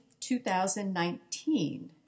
2019